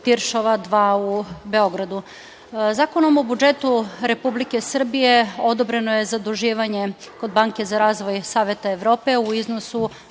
Tiršova 2 u Beogradu. Zakonom o budžetu Republike Srbije odobreno je zaduživanje kod Banke za razvoj Saveta Evrope u iznosu